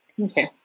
Okay